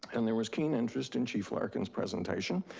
and there was keen interest in chief larkin's presentation.